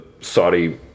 Saudi